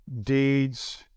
deeds